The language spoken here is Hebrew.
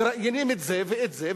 מראיינים את זה ואת זה,